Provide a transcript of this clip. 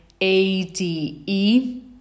ADE